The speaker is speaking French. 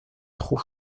trop